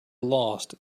lost